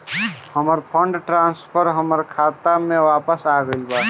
हमर fund transfer हमर खाता में वापस आ गईल बा